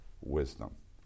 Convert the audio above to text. wisdom